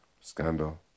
Scandal